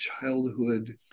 childhood